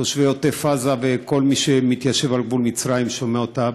תושבי עוטף עזה וכל מי שמתיישב על גבול מצרים שומע אותה,